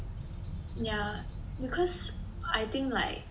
yeah because I think like